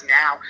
now